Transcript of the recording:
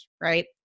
right